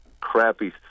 crappy